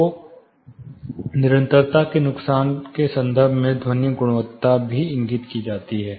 तो निरंतरता के नुकसान के संदर्भ में ध्वनिक गुणवत्ता भी इंगित की जाती है